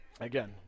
again